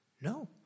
No